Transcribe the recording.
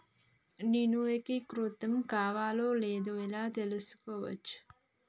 నేను ఏకీకృతం కావాలో లేదో ఎలా తెలుసుకోవచ్చు?